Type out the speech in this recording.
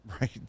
right